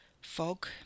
Fog